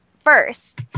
first